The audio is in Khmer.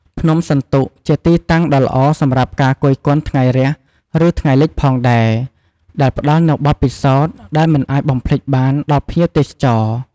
ភ្នំសន្ទុកជាទីតាំងដ៏ល្អសម្រាប់ការគយគន់ថ្ងៃរះឬថ្ងៃលិចផងដែរ ដែលផ្តល់នូវបទពិសោធន៍ដែលមិនអាចបំភ្លេចបានដល់ភ្ញៀវទេសចរ។